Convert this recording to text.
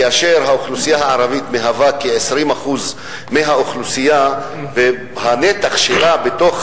כאשר האוכלוסייה הערבית מהווה כ-20% מהאוכלוסייה והנתח שלה בתוך